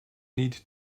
need